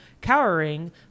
cowering